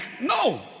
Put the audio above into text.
No